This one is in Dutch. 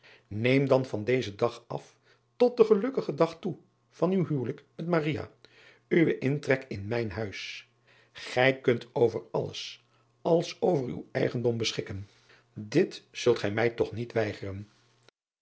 neem dan van dezen dag af tot den gelukkigen dag toe van uw huwelijk met uwen intrek in mijn huis gij kunt over alles als over uw eigendom beschikken it zult gij mij toch niet weigeren